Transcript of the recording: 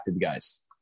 guys